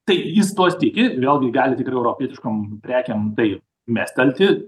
tai jis tuos tiki ir vėlgi gali tik ir europietiškom prekėms tai mestelti